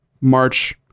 March